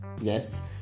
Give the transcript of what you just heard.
yes